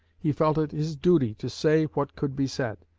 he felt it his duty to say what could be said,